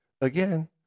again